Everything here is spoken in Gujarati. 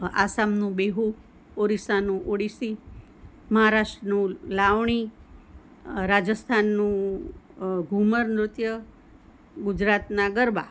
આસામનું બીહુ ઓડિશાનું ઓડિસી મહારાષ્ટ્રનું લાવણી રાજસ્થાનનું ઘુમર નૃત્ય ગુજરાતના ગરબા